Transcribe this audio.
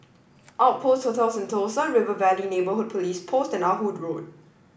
Outpost Hotel Sentosa River Valley Neighborhood Police Post and Ah Hood Road